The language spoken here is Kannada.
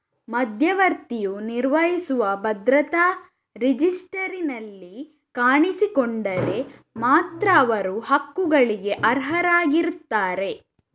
ಮಧ್ಯವರ್ತಿಯು ನಿರ್ವಹಿಸುವ ಭದ್ರತಾ ರಿಜಿಸ್ಟರಿನಲ್ಲಿ ಕಾಣಿಸಿಕೊಂಡರೆ ಮಾತ್ರ ಅವರು ಹಕ್ಕುಗಳಿಗೆ ಅರ್ಹರಾಗಿರುತ್ತಾರೆ